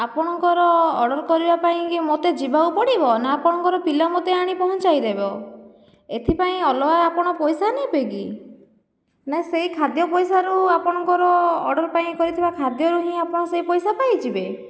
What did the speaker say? ଆପଣଙ୍କର ଅର୍ଡ଼ର କରିବା ପାଇଁକି ମୋତେ ଯିବାକୁ ପଡ଼ିବ ନା ଆପଣଙ୍କର ପିଲା ମୋତେ ଆଣି ପହଞ୍ଚାଇ ଦେବ ଏଥିପାଇଁ ଅଲଗା ଆପଣ ପଇସା ନେବେ କି ନା ସେହି ଖାଦ୍ୟ ପଇସାରୁ ଆପଣଙ୍କର ଅର୍ଡ଼ର ପାଇଁ କରିଥିବା ଖାଦ୍ୟରୁ ହିଁ ଆପଣ ସେହି ପଇସା ପାଇଯିବେ